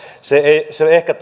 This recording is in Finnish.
se ehkä